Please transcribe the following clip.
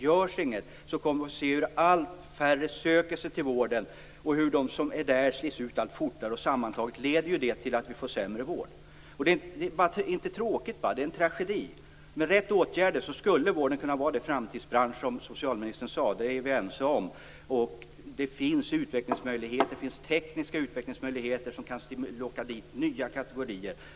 Görs inget kommer allt färre att söka sig till vården och de som finns där slits ut fortare. Sammantaget leder det till att vi får sämre vård. Det är inte bara tråkigt, det är en tragedi. Med rätt åtgärder skulle vården kunna vara den framtidsbransch som socialministern sade, det är vi är ense om. Det finns utvecklingsmöjligheter, det finns tekniska utvecklingsmöjligheter som kan locka dit nya kategorier.